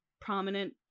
prominent